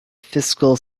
fiscal